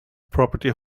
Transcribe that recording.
property